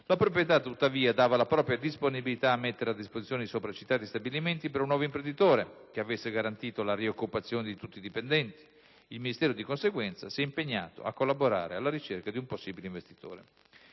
La proprietà, tuttavia, dava la propria disponibilità a mettere a disposizione i sopra citati stabilimenti per un nuovo imprenditore che avesse garantito la rioccupazione di tutti i dipendenti. Il Ministero, di conseguenza, si è impegnato a collaborare alla ricerca di un possibile investitore.